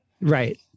Right